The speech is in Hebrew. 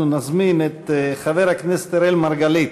אנחנו נזמין את חבר הכנסת אראל מרגלית.